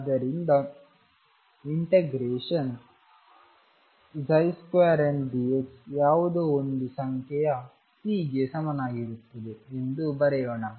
ಆದ್ದರಿಂದ n2dx ಯಾವುದೋ ಒಂದು ಸಂಖ್ಯೆಯ C ಗೆ ಸಮನಾಗಿರುತ್ತದೆ ಎಂದು ಬರೆಯೋಣ